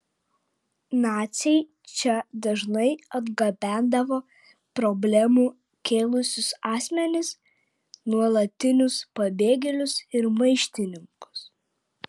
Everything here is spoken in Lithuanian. naciai čia dažnai atgabendavo problemų kėlusius asmenis nuolatinius pabėgėlius ir maištininkus